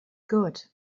good